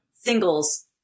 singles